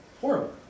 Horrible